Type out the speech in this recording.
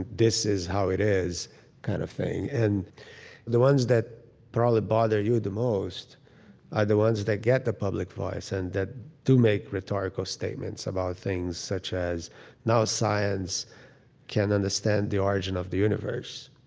this is how it is kind of thing. and the ones that probably bother you the most are the ones that get the public voice and that do make rhetorical statements about things such as now science can understand the origin of the universe,